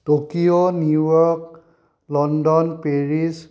Tokyo New York London Paris